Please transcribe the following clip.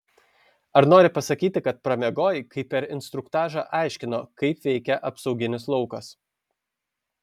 ar nori pasakyti kad pramiegojai kai per instruktažą aiškino kaip veikia apsauginis laukas